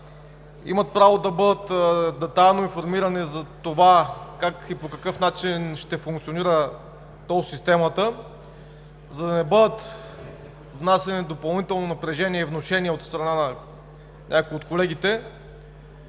имат право да бъдат детайлно информирани за това как и по какъв начин ще функционира тол системата, за да не бъде внасяно допълнително напрежение и внушение от страна на някои от колегите,